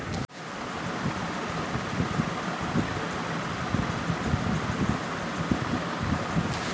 stock মার্কেটগুলোতে trading বা বিনিয়োগ করার সময় হচ্ছে সকাল নয়টা থেকে বিকেল চারটে